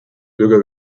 bürger